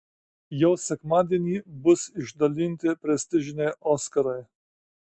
jau sekmadienį bus išdalinti prestižiniai oskarai